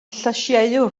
llysieuwr